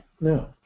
No